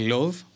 Love